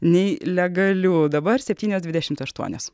nei legalių dabar septynios dvidešimt aštuonios